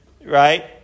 right